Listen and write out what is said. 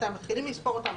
מתי מתחילים לספור אותם,